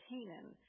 Canaan